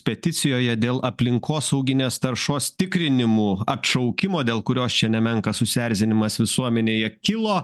peticijoje dėl aplinkosauginės taršos tikrinimų atšaukimo dėl kurios čia nemenkas susierzinimas visuomenėje kilo